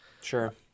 Sure